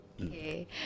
okay